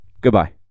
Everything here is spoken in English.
Goodbye